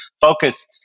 focus